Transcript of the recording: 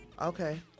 Okay